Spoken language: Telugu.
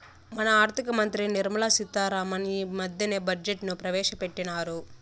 మన ఆర్థిక మంత్రి నిర్మలా సీతా రామన్ ఈ మద్దెనే బడ్జెట్ ను ప్రవేశపెట్టిన్నారు